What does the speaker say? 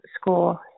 school